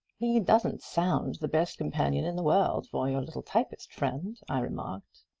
he doesn't sound the best companion in the world for your little typist friend, i remarked.